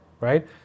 right